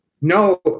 No